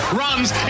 runs